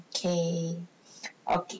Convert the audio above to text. okay okay